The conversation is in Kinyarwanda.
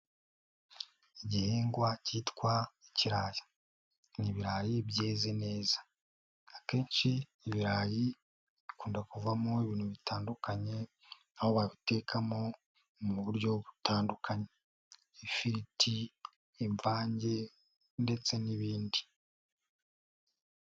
Igihingwa cyitwa ikirayi, ni ibirayi byeze neza, akenshi ibirayi ikunda kuvamo ibintu bitandukanye, aho wabitekamo mu buryo butandukanye, ifiriti, imvange ndetse n'ibindi.